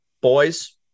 boys